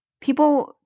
people